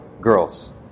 girls